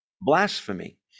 Blasphemy